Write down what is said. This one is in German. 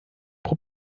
wir